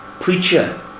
preacher